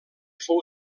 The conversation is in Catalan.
fou